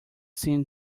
seem